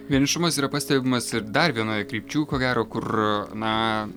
vienišumas yra pastebimas ir dar vienoje krypčių ko gero kur na